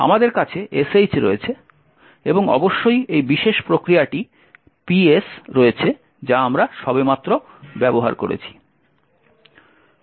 আমাদের কাছে sh রয়েছে এবং অবশ্যই এই বিশেষ প্রক্রিয়াটি ps রয়েছে যা আমরা সবেমাত্র ব্যবহার করেছি